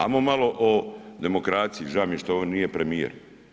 Ajmo malo o demokraciji, žao mi je što ovdje nije premijer.